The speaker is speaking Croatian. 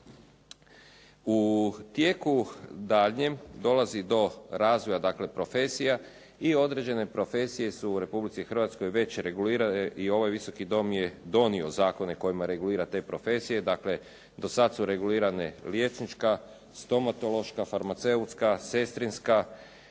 U tijeku daljnjem dolazi do razvoja, dakle profesija i određene profesije su u Republici Hrvatskoj već regulirane i ovaj Visoki dom je donio zakone kojima regulira te profesije. Dakle, do sad su regulirane liječnička, stomatološka, farmaceutska, sestrinska